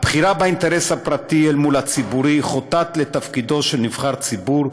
הבחירה באינטרס הפרטי אל מול הציבורי חוטאת לתפקידו של נבחר ציבור,